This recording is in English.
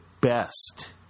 best